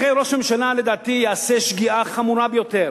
לכן, ראש הממשלה יעשה שגיאה חמורה ביותר,